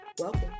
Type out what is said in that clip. Welcome